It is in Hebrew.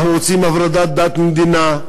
אנחנו רוצים הפרדת דת ומדינה,